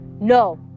No